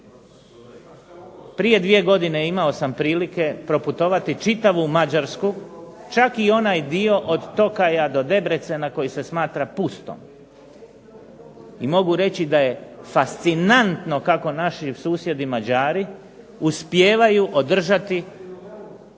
Prije dvije godine imao sam priliku proputovati čitavu Mađarsku, čak i onaj dio od Tokaja do Debrecena koji se smatra pustom, i mogu reći da je fascinantno kako naši susjedi Mađari uspijevaju održati